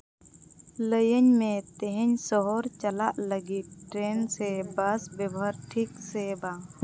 ᱞᱟᱹᱭᱟᱹᱧ ᱢᱮ ᱛᱮᱦᱮᱧ ᱥᱚᱦᱚᱨ ᱪᱟᱞᱟᱜ ᱞᱟᱹᱜᱤᱫ ᱴᱨᱮᱹᱱ ᱥᱮ ᱵᱟᱥ ᱵᱮᱣᱦᱟᱨ ᱴᱷᱤᱠ ᱥᱮ ᱵᱟᱝ